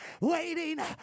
waiting